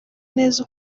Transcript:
neza